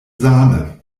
sahne